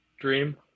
Dream